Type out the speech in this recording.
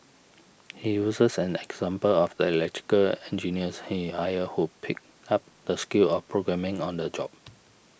he uses an example of the electrical engineers he hired who picked up the skill of programming on the job